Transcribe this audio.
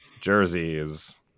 jerseys